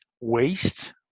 waste